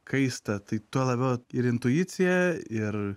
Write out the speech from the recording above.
kaista tai tuo labiau ir intuicija ir